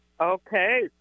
okay